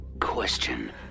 question